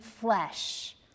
flesh